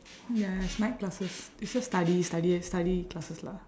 ya it's night classes it's just study study study classes lah